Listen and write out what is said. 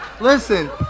Listen